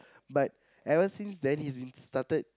but ever since then he's been started